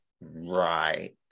right